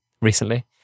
recently